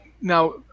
now